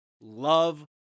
love